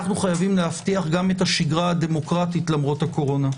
אנו חייבים גם להבטיח את השגרה הדמוקרטית למרות הקורונה.